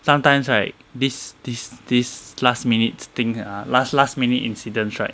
sometimes right this this this last minute thing ah last last minute incidents right